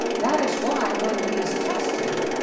that is why when he is tested,